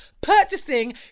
purchasing